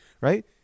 right